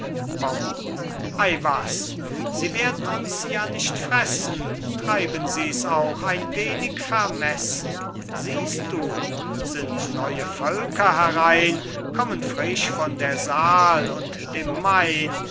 bauer ei was sie werden uns ja nicht fressen treiben sies auch ein wenig vermessen siehst du sind neue völker herein kommen frisch von der saal und dem main